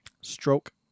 stroke